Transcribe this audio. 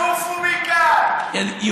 מי אתה שתגיד לנו עופו מכאן?